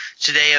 today